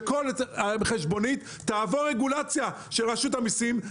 רצו שכל חשבונית מעל 5,000 ש"ח תעבור רגולציה של רשות המיסים,